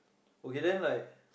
okay then like